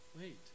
Wait